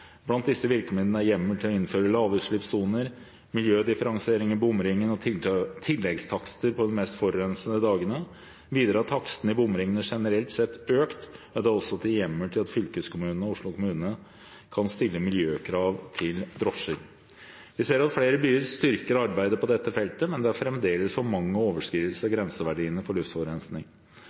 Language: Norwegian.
Blant disse virkemidlene er hjemmel til å innføre lavutslippssoner, miljødifferensiering i bomringen og tilleggstakster på de mest forurensende dagene. Videre har takstene i bomringene generelt sett økt. Det er også gitt hjemmel til at fylkeskommunene og Oslo kommune kan stille miljøkrav til drosjer. Vi ser at flere byer styrker arbeidet på dette feltet, men det er fremdeles for mange overskridelser av grenseverdiene for luftforurensning.